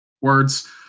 words